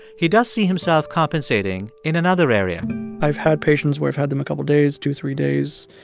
he does see himself compensating in another area i've had patients where i've had them a couple days, two, three days.